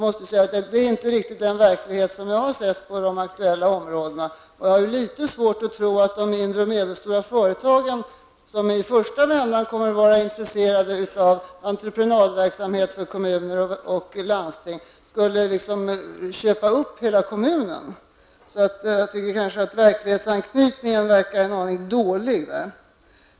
Det är inte riktigt den verklighet som jag har sett på de aktuella områdena. Jag har litet svårt att tro att de mindre och medelstora företagen, som i första vändan kommer att vara intresserade av entreprenadverksamhet för kommuner och landsting, skulle så att säga köpa upp hela kommunen. Verklighetsanknytningen verkar vara en aning dålig.